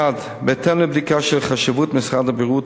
1. בהתאם לבדיקה של חשבות משרד הבריאות